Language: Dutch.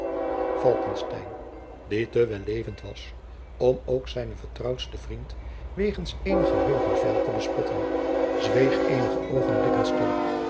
die te wellevend was om ook zijnen vertrouwdsten vriend wegens eene geheugenfeil te bespotten zweeg eenige oogenblikken stil